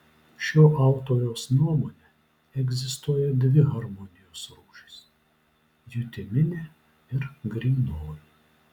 šio autoriaus nuomone egzistuoja dvi harmonijos rūšys jutiminė ir grynoji